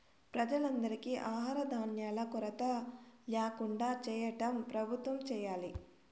ప్రజలందరికీ ఆహార ధాన్యాల కొరత ల్యాకుండా చేయటం ప్రభుత్వం చేయాలి